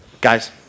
Guys